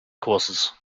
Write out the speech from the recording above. courses